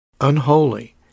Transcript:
Unholy